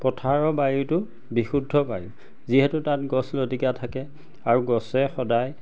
পথাৰৰ বায়ুটো বিশুদ্ধ পায় যিহেতু তাত গছ লটিকা থাকে আৰু গছে সদায়